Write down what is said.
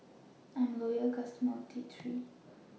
I'm A Loyal customer of T three